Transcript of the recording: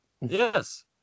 Yes